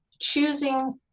choosing